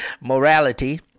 morality